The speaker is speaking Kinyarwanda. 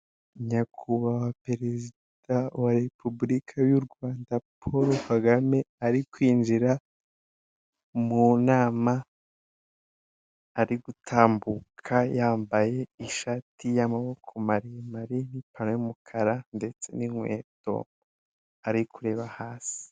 Nyakubahwa perezida wa repubulika y'u Rwanda Paul Kagame, ari kwinjira mu nama arigutambuka yambaye ishati y'amaboko maremare n' ipantaro y'umukara ndetse n'inkweto ari kureba hasi.